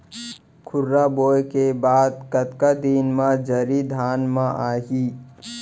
खुर्रा बोए के बाद कतका दिन म जरी धान म आही?